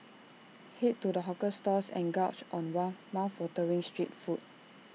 Head to the hawker stalls and gorge on mouthwatering street food